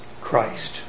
Christ